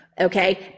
Okay